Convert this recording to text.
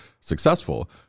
successful